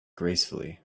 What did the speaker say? gracefully